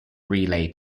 relay